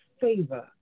favor